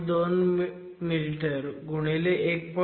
2 metre x 1